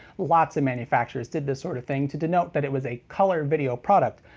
lots of manufacturers did this sort of thing to denote that it was a color video product.